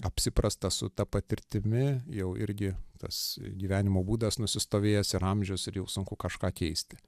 apsiprasta su ta patirtimi jau irgi tas gyvenimo būdas nusistovėjęs ir amžius ir jau sunku kažką keisti